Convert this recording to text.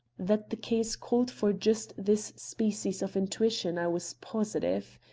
that the case called for just this species of intuition i was positive.